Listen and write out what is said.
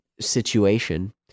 situation